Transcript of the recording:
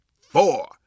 four